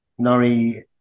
Nori